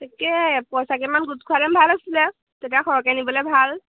তাকেহে পইচা কেইটামান গোট খোৱালৈ ভাল আছিলে তেতিয়া সৰহকৈ আনিবলৈ ভাল